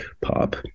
pop